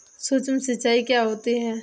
सुक्ष्म सिंचाई क्या होती है?